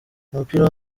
umupira